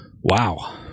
Wow